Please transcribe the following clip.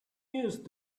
used